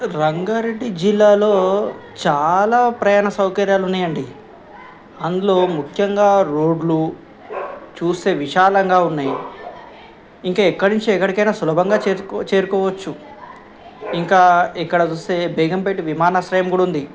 రంగారెడ్డి జిల్లాలో చాలా ప్రయాణ సౌకర్యాలు ఉన్నాయండి అందులో ముఖ్యంగా రోడ్లు చూస్తే విశాలంగా ఉన్నాయి ఇంకా ఎక్కడ నుంచి ఎక్కడికైనా సులభంగా చేరుకో చేరుకోవచ్చు ఇంకా ఇక్కడ చూస్తే బేగంపేట విమానాశ్రయం కూడా ఉంది